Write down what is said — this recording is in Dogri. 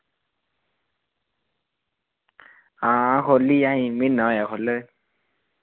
हां खोली अजें म्हीना होया खोल्ले